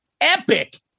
epic